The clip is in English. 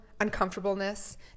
uncomfortableness